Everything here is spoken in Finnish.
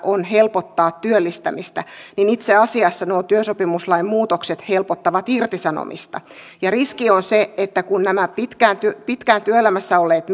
on helpottaa työllistämistä niin itse asiassa nuo työsopimuslain muutokset helpottavat irtisanomista ja riski on se että kun nämä pitkään työelämässä olleet